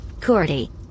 Cordy